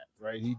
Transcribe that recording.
Right